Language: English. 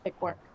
work